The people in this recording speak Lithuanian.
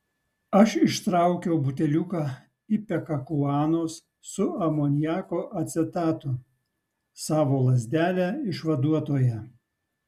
aš ištraukiau buteliuką ipekakuanos su amoniako acetatu savo lazdelę išvaduotoją